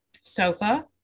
Sofa